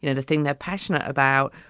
you know the thing they're passionate about,